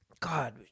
God